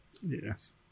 yes